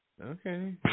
okay